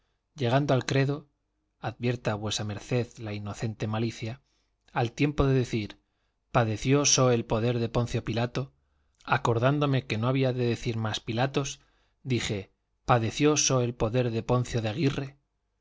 los otros llegando al credo advierta v md la inocente malicia al tiempo de decir padeció so el poder de poncio pilato acordándome que no había de decir más pilatos dije padeció so el poder de poncio de aguirre